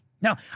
Now